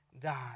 die